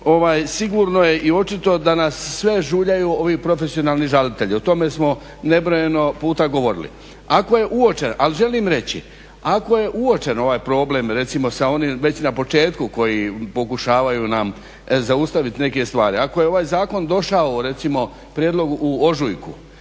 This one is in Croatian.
sigurno je i očito da nas sve žuljaju ovi profesionalni žalitelji, o tome smo nebrojeno puta govorili. Ali želim reći, ako je uočen ovaj problem, recimo sa onim već na početku koji pokušavaju nam zaustaviti neke stvari, ako je ovaj zakon došao, recimo prijedlog u ožujku,